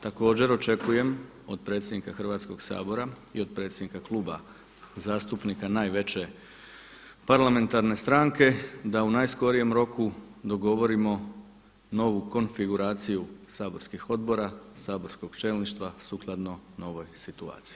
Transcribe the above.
Također očekujem od predsjednika Hrvatskog sabora i od predsjednika Kluba zastupnika najveće parlamentarne stranke da u najskorijem roku dogovorimo novi konfiguraciju saborskih odbora, saborskog čelništva sukladno novoj situaciji.